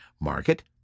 market